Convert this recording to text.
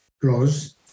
close